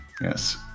Yes